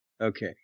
Okay